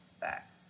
back